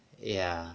ya